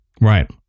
Right